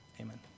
Amen